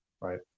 Right